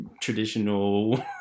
traditional